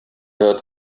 heard